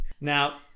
Now